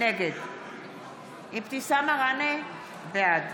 נגד אבתיסאם מראענה, בעד